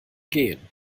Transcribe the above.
gehen